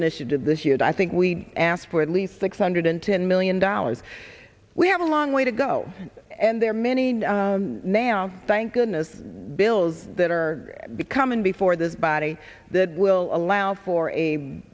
initiative this year the i think we asked for at least six hundred ten million dollars we have a long way to go and there are many now thank goodness bills that are becoming before this body that will allow for a